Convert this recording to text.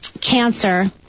cancer